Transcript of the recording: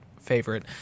favorite